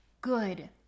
good